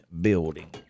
building